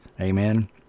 Amen